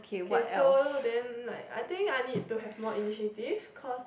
K so then like I think I need to have more initiative cause